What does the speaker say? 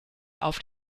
auf